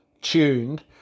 tuned